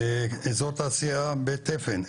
אזור תעשייה בית תפן,